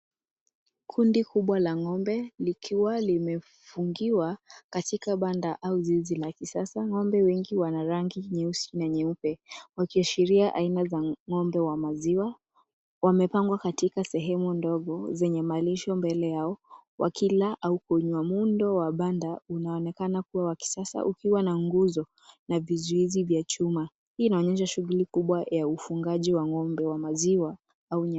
Kundi kubwa la ng'ombe likiwa limefungiwa katika banda au zizi la kisasa. Ng'ombe wengi wana rangi nyeusi na nyeupe wakiashiria aina za ng'ombe wa maziwa. Wamepangwa katika sehemu ndogo zenye malisho mbele yao wakila au kunywa. Muundo wa banda unaonekana kuwa wa kisasa ukiwa na nguzo na vizuizi vya chuma. Hii inaonyesha shughuli kubwa ya ufugaji wa ng'ombe wa maziwa au nyama.